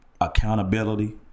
accountability